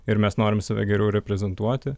ir mes norim save geriau reprezentuoti